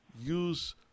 use